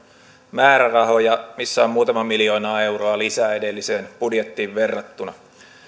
määrärahoja missä on muutama miljoonaa euroa lisää edelliseen budjettiin verrattuna